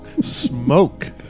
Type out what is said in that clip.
Smoke